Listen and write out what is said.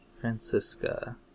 Francisca